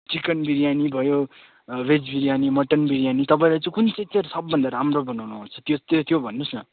chicken biryani भयो veg biryani mutton biryani तपाईँलाई चाहिँ कुन चाहिँ चाहिँ सबभन्दा राम्रो बनाउन आउँछ त्यो त्यो भन्नुहोस् न